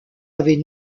avait